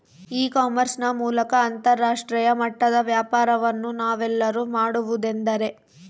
E commerce ನ ಮೂಲಕ ಅಂತರಾಷ್ಟ್ರೇಯ ಮಟ್ಟದ ವ್ಯಾಪಾರವನ್ನು ನಾವೆಲ್ಲರೂ ಮಾಡುವುದೆಂದರೆ?